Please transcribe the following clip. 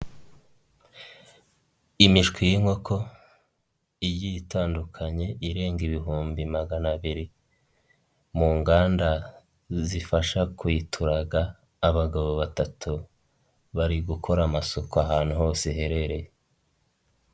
Imishwi y'inkoko, igiye itandukanye irenga ibihumbi magana abiri, mu nganda zifasha kuyituraga, abagabo batatu, bari gukora amasuko ahantu hose iherereye.